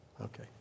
Okay